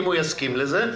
אם הוא יסכים לזה.